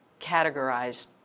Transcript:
categorized